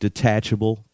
Detachable